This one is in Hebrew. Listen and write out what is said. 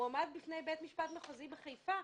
הוא עמד בפני בית המשפט המחוזי בחיפה.